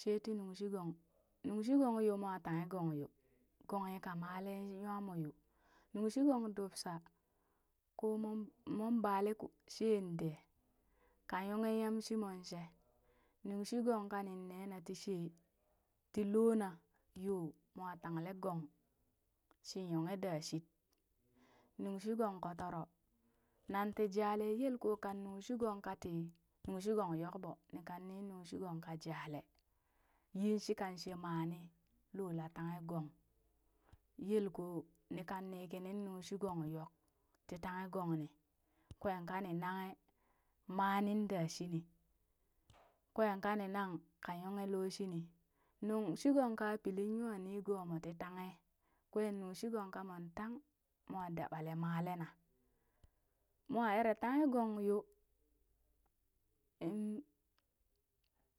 She ti nuŋ shigong, nuŋ shigong yoo moo tanghe gong, gonghi ka malen nywamoo yoo, nuŋ shigong dubsha koo mon mon bale shee dee ka yonghe yamshi monshee, nuŋ shigong kanin nena tishee tii loona yoo mo tangle gong shii yonghe daa shit, nuŋ shii gong koturo nan ti jalee yelaa koo kan nuŋ shii gong kati nung shi gong yokbo ni kanni nuŋ shi gong ka jalee yin shi ka shii mani loola tanghe gong, yel koo ni kanni nii nung shii gong nyok tii tanghe gongni, kwee kani nanghe mani daa shinii, kwee kani nang ka yonghe loo shini nung shigong ka pili nyanigoomoo ti tanghe kwee nung shigong ka mon tang moo dabale malena moo eree tanghe gong yoo in